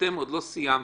כשאתם עוד לא סיימתם,